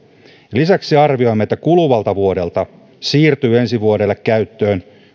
lisäksi arvioimme että kuluvalta vuodelta siirtyy ensi vuodelle käyttöön